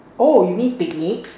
oh you mean picnic